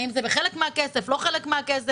האם זה חלק מהכסף, לא חלק מהכסף?